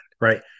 Right